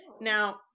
Now